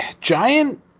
Giant